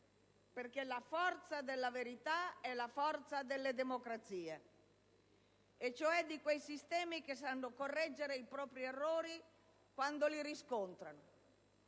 perché la forza della verità è la forza delle democrazie, cioè di quei sistemi che sanno correggere i propri errori quando li riscontrano,